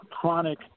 chronic